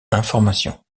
information